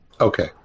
Okay